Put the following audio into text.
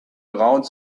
around